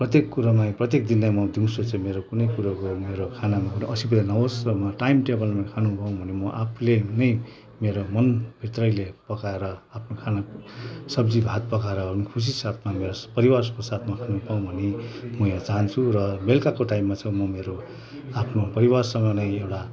प्रत्येक कुरोमा प्रत्येक दिन म दिउँसो चाहिँ मेरो कुनै कुरो खानामा चाहिँ असुविधा नहोस् र म टाइम टेबलमा खानु पाउनु भने म आफैले नै मेरो मन भित्रैले पकाएर खाना सब्जी भात पकाएर खुसी साथमा परिवारको साथमा खाना खाऊँ भन्ने म यहाँ चाहन्छु र बेलुकाको टाइममा चाहिँ म मेरो आफ्नो परिवारसँग नै